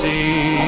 See